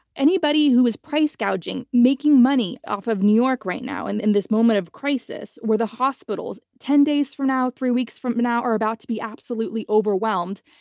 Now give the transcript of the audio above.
anybody who is price gouging, making money off of new york right now and in this moment of crisis where the hospitals ten days from now, three weeks from now, are about to be absolutely overwhelmed,